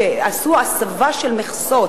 שעשו לגביהם הסבה של מכסות,